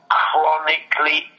chronically